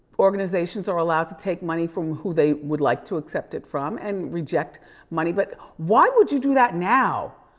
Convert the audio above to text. organizations are allowed to take money from who they would like to accept it from, and reject money. but why would you do that now?